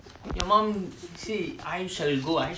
so I think that's where